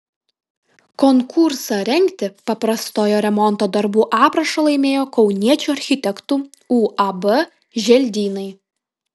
konkursą rengti paprastojo remonto darbų aprašą laimėjo kauniečių architektų uab želdynai